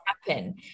happen